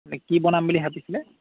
এনে কি বনাম বুলি ভাবিছিলে